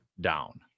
down